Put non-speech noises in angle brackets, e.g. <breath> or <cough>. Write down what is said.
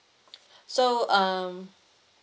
<breath> so um